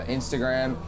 Instagram